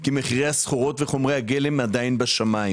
כי מחירי הסחורות וחומרי הגלם עדיין בשמיים.